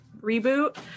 reboot